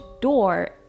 door